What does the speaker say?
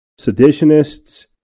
seditionists